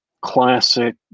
classic